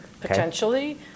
potentially